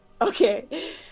okay